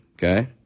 Okay